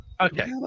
Okay